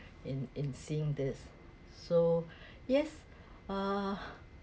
in in seeing this so yes err